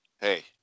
hey